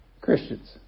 Christians